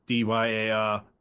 DYAR